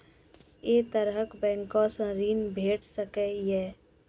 ऐ तरहक बैंकोसऽ ॠण भेट सकै ये?